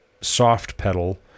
soft-pedal